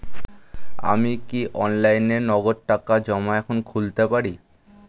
আমি কি অনলাইনে নগদ টাকা জমা এখন খুলতে পারি?